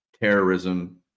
terrorism